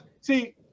see